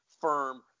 firm